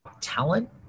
talent